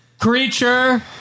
creature